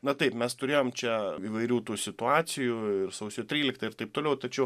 na taip mes turėjom čia įvairių tų situacijų ir sausio tryliktą ir taip toliau tačiau